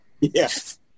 Yes